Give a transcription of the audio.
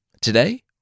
Today